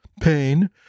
pain